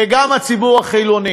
וגם הציבור החילוני.